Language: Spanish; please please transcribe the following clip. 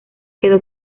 quedó